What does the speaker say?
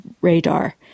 radar